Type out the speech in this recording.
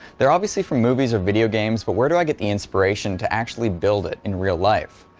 they're obviously from movies or video games, but where do i get the inspiration to actually build it in real life?